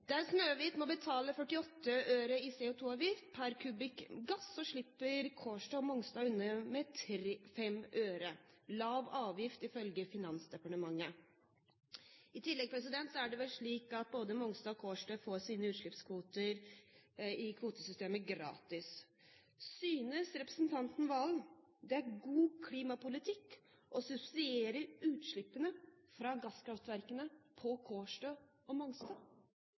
Der Snøhvit må betale 48 øre i CO2-avgift per m3 gass, slipper Kårstø og Mongstad unna med 5 øre – lav avgift, ifølge Finansdepartementet. I tillegg er det vel slik at både Monstad og Kårstø får sine utslippskvoter i kvotesystemet gratis. Synes representanten Serigstad Valen at det er god klimapolitikk å subsidiere utslippene fra gasskraftverkene på Kårstø og Mongstad?